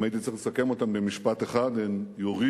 אם הייתי צריך לסכם אותן במשפט אחד: הן יורידו